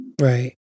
Right